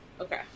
Okay